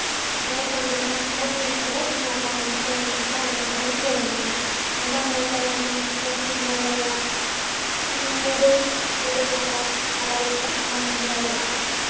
ᱚᱸᱰᱮ ᱠᱷᱚᱱ ᱢᱤᱫᱴᱟᱝ ᱥᱮᱞᱮᱫ ᱢᱮᱭᱟᱠᱚ ᱢᱮᱱᱛᱮ ᱚᱠᱚᱭ ᱱᱚᱸᱰᱮ ᱵᱷᱟᱞᱮ ᱠᱷᱮᱞ ᱫᱟᱲᱮᱭᱟᱜ ᱠᱟᱱᱟᱭ ᱚᱱᱠᱟᱢ ᱧᱟᱢ ᱫᱟᱲᱮᱭᱟᱜᱼᱟ ᱴᱨᱚᱯᱷᱤᱢ ᱧᱟᱢ ᱫᱟᱲᱮᱭᱟᱜᱼᱟ ᱢᱮᱰᱮᱞ ᱢᱮᱰᱮᱞ ᱱᱚᱝᱠᱟ ᱢᱟᱞᱟ ᱞᱮᱠᱟ ᱚᱱᱟᱢ ᱧᱟᱢ ᱫᱟᱲᱮᱭᱟᱜᱼᱟ